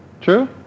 true